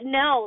no